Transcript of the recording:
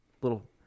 little